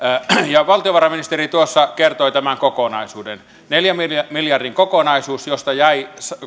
valtiovarainministeri tuossa kertoi tämän kokonaisuuden neljän neljän miljardin kokonaisuus josta jäi